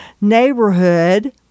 neighborhood